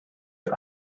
you